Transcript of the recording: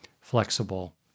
flexible